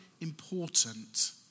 important